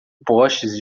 postes